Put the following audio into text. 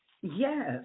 Yes